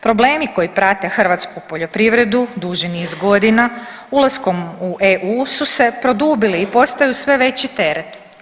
Problemi koji prate hrvatsku poljoprivredu duži niz godina ulaskom u EU su se produbili i postaju sve veći teret.